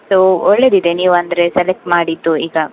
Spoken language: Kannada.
ಸೋ ಒಳ್ಳೆಯದಿದೆ ನೀವು ಅಂದರೆ ಸೆಲೆಕ್ಟ್ ಮಾಡಿದ್ದು ಈಗ